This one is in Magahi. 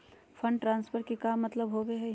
फंड ट्रांसफर के का मतलब होव हई?